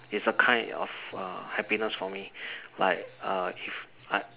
it's a kind of uh happiness for me like uh if